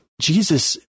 Jesus